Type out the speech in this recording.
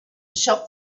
shop